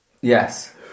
Yes